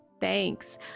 thanks